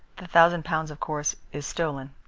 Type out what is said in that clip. the thousand pounds, of course, is stolen.